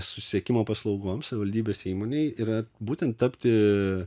susisiekimo paslaugoms savivaldybės įmonei yra būtent tapti